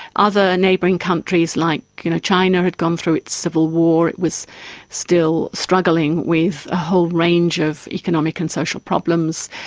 other neighbouring countries like you know china had gone through its civil war, it was still struggling with a whole range of economic and social problems,